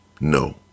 No